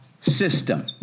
system